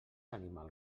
animal